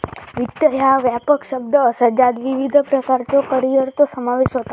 वित्त ह्या एक व्यापक शब्द असा ज्यात विविध प्रकारच्यो करिअरचो समावेश होता